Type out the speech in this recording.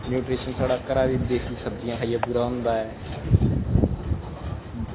ते न्यूट्रिशन साढ़ी घरा दी सब्ज़ियां खाइयै पूरा होंदा ऐ